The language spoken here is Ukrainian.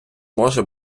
може